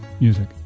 Music